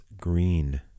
Green